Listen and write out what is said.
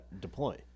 deploy